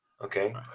Okay